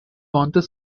wanted